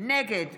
נגד